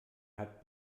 hat